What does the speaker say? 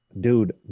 Dude